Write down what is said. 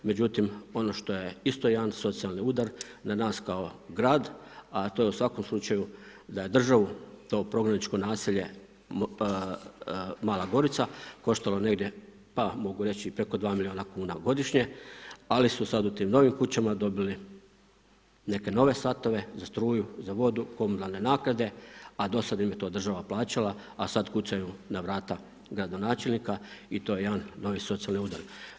Međutim ono što je isto jedan socijalni udar na nas kao grad, a to je u svakom slučaju da je za državu to prognaničko naselje Mala Gorica koštalo negdje pa mogu reći i preko 2 milijuna kuna godišnje, ali su sada u tim novim kućama dobili neke nove satove za struju, za vodu, komunalne naknade a do sada im je to država plaćala, a sada kucaju na vrata gradonačelnika i to je jedan novi socijalni udar.